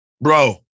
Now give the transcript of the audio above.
bro